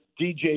DJ